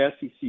SEC